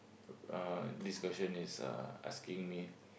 uh this question is uh asking me